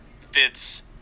fits